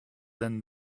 than